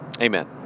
Amen